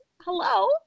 Hello